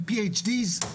הם PhDs,